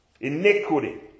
Iniquity